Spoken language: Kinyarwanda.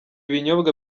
binyobwa